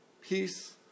Peace